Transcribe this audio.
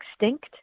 extinct